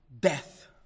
Death